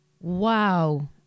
Wow